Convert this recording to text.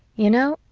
you know,